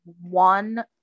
one